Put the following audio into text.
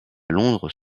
londres